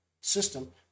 system